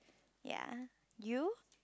ya you